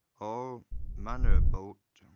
all manner about